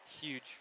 huge